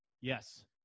yes